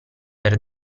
per